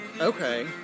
Okay